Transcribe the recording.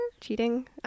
cheating